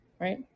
right